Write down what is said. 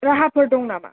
राहाफोर दं नामा